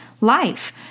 life